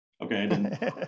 Okay